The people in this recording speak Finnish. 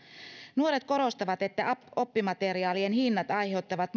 nuoret korostavat että oppimateriaalien hinnat aiheuttavat